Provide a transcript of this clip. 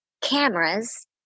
cameras